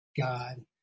God